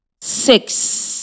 six